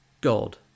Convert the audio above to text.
God